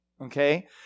Okay